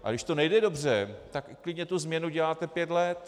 A když to nejde dobře, tak klidně tu změnu děláte pět let.